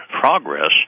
progress